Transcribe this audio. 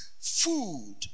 food